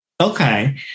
Okay